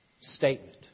statement